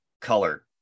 color